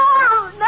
No